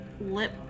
lip